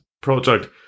project